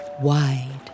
wide